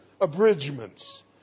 abridgments